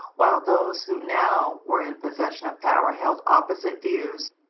while those who now were in possession of power held opposite views,